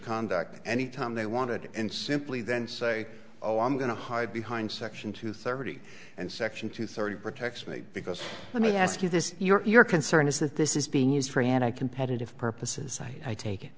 conduct any time they wanted and simply then say oh i'm going to hide behind section two thirty and section two thirty protects me because let me ask you this your concern is that this is being used for anti competitive purposes i take